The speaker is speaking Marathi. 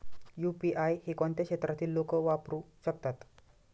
यु.पी.आय हे कोणत्या क्षेत्रातील लोक वापरू शकतात?